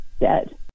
dead